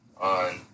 on